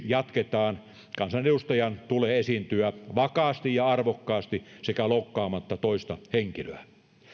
jatketaan kansanedustajan tulee esiintyä vakaasti ja arvokkaasti sekä loukkaamatta toista henkilöä